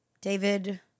David